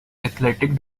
athletic